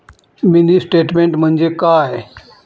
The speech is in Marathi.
मिनी स्टेटमेन्ट म्हणजे काय?